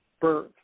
birth